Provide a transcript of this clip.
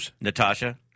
Natasha